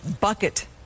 Bucket